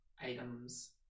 items